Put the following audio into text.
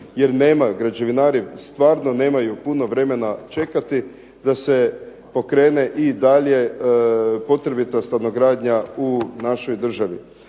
jer nema, građevinari stvarno nemaju puno vremena čekati da se pokrene i dalje potrebita stanogradnja u našoj državi.